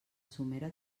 somera